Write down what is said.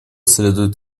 следует